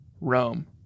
Rome